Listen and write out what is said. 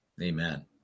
Amen